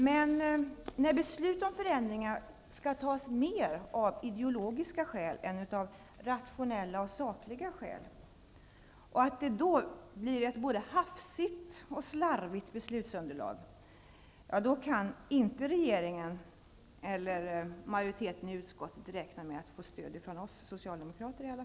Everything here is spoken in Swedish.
Men när beslut om förändringar skall fattas mera av ideologiska skäl än av rationella och sakliga skäl, på ett hafsigt och slarvigt beslutsunderlag, då kan inte regeringen eller majoriteten i utskottet räkna med att få stöd från oss socialdemokrater.